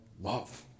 love